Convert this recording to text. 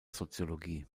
soziologie